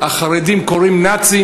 החרדים קוראים "נאצים",